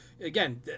again